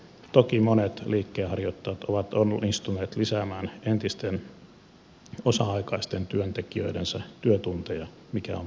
toki monet liikkeenharjoittajat ovat onnistuneet lisäämään entisten osa aikaisten työntekijöidensä työtunteja mikä on positiivista kehitystä